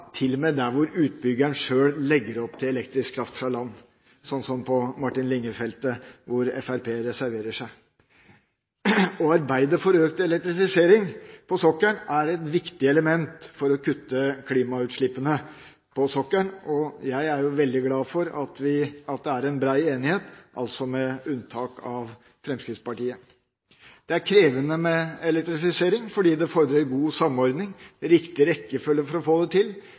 med der utbyggeren sjøl legger opp til å bruke elektrisk kraft fra land, slik som på Martin Linge-feltet, hvor Fremskrittspartiet reserverer seg. Å arbeide for økt elektrifisering på sokkelen er et viktig element for å kutte klimautslippene på sokkelen, og jeg er veldig glad for at det her er en bred enighet, altså med unntak av Fremskrittspartiet. Det er krevende med elektrifisering fordi det fordrer god samordning og riktig rekkefølge for å få det til.